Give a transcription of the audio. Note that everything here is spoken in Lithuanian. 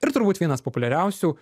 ir turbūt vienas populiariausių